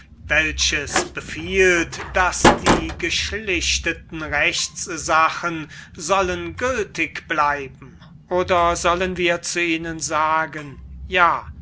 welches befiehlt daß die geschlichteten rechtssachen sollen gültig bleiben oder sollen wir zu ihnen sagen ja